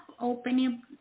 opening